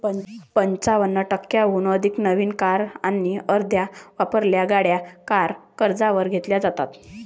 पंचावन्न टक्क्यांहून अधिक नवीन कार आणि अर्ध्या वापरलेल्या गाड्या कार कर्जावर घेतल्या जातात